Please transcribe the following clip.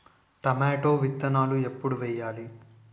Tomato విత్తనాలు ఎప్పుడు వెయ్యాలి?